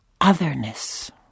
otherness